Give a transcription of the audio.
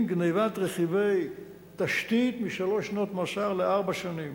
גנבת רכיבי תשתית משלוש שנות מאסר לארבע שנים.